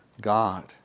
God